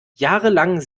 jahrelang